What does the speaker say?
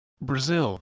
Brazil